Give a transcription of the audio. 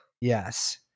Yes